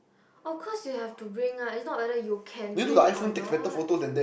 of course you have to bring lah its not whether you can bring or not